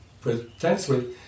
potentially